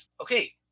Okay